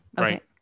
right